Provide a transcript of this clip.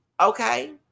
okay